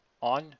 on